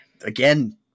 again